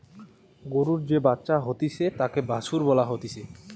গরুর যে বাচ্চা হতিছে তাকে বাছুর বলা হতিছে